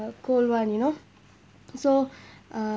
uh cold [one] you know so uh